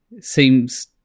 seems